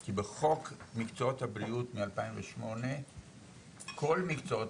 כי בחוק מקצועות הבריאות משנת 2008 כל מקצועות